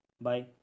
bye